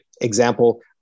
example